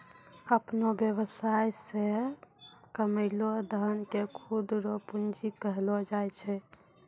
अपनो वेवसाय से कमैलो धन के खुद रो पूंजी कहलो जाय छै